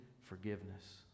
forgiveness